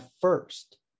first